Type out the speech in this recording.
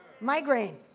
Migraine